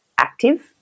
Active